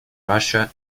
russia